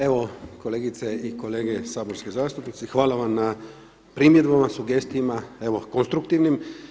Evo kolegice i kolege saborski zastupnici, hvala vam na primjedbama, sugestijama evo konstruktivnim.